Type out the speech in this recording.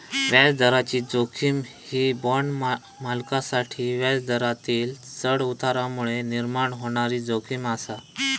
व्याजदराची जोखीम ही बाँड मालकांसाठी व्याजदरातील चढउतारांमुळे निर्माण होणारी जोखीम आसा